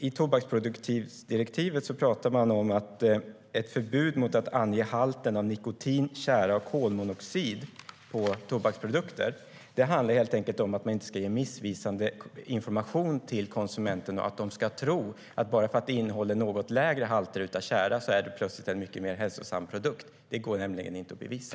I tobaksproduktdirektivet sägs att ett förbud mot att ange halten av nikotin, tjära och kolmonoxid på tobaksprodukter handlar om att inte ge missvisande information till konsumenten så att konsumenten tror att en produkt som innehåller något mindre tjära skulle vara mer hälsosam. Det går nämligen inte att bevisa.